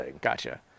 Gotcha